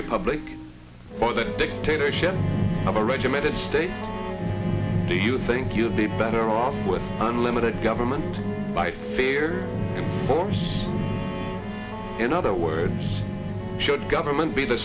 republic for the dictatorship of a regimented state do you think you'd be better off with unlimited government by fear in other words should government be the